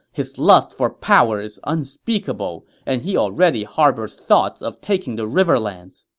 his lust for power is unspeakable, and he already harbors thoughts of taking the riverlands.